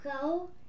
go